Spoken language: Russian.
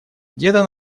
деда